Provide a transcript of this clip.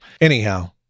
anyhow